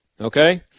okay